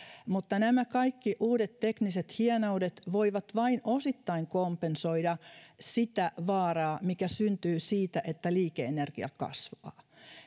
nämä kaikki uudet tekniset hienoudet voivat vain osittain kompensoida sitä vaaraa mikä syntyy siitä että liike energia kasvaa